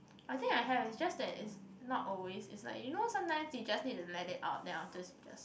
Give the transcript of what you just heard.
I think I have it just that it's not always it's like you know sometimes you just need to let it out then afterwards you just